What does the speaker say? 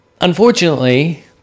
Unfortunately